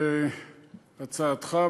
על הצעתך,